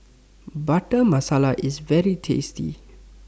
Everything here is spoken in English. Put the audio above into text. Butter Masala IS very tasty